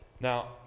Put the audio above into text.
Now